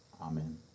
amen